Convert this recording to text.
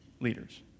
leaders